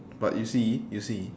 but you see you see